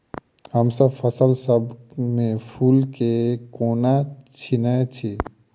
हमसब फसल सब मे फूल केँ कोना चिन्है छी?